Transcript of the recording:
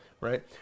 right